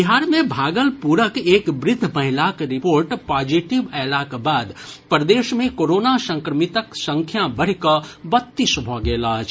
बिहार मे भागलपुरक एक वृद्ध महिलाक रिपोर्ट पॉजिटिव अयलाक बाद प्रदेश मे कोरोना संक्रमितक संख्या बढ़ि कऽ बत्तीस भऽ गेल अछि